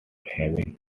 having